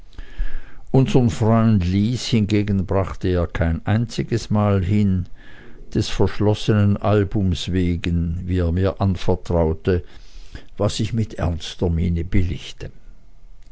unsern freund lys hingegen brachte er kein einziges mal hin des verschlossenen albums wegen wie er mir anvertraute was ich mit ernster miene